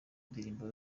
ndirimbo